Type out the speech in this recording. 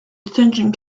detention